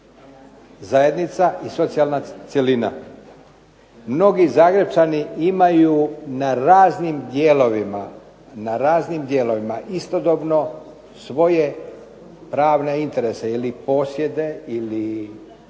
zajednica i socijalna cjelina. Mnogi Zagrepčani imaju na raznim dijelovima istodobno svoje pravne interese ili posjede ili